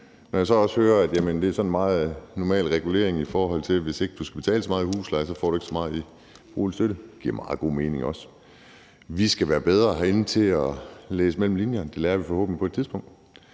Når jeg så også hører, at det sådan er en meget normal regulering, at hvis du ikke skal betale så meget i husleje, så får du ikke så meget i boligstøtte, giver det også meget god mening. Vi skal herinde være bedre til at læse mellem linjerne, og det lærer vi forhåbentlig på et tidspunkt.